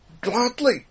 gladly